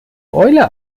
eule